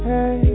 Hey